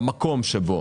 במקום שבו